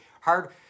hard